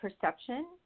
perception